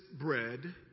bread